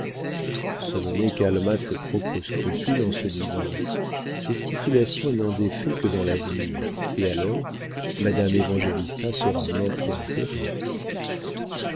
le régime dotal solonet calma ses propres scrupules en se disant ces stipulations n'ont d'effets que dans l'avenir et alors madame évangélista sera morte et enterrée